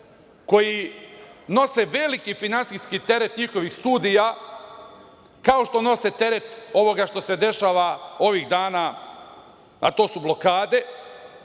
koji nose veliki finansijski teret njihovih studija kao što nose teret ovoga što se dešava ovih dana, a to su blokade,